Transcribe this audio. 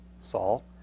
Saul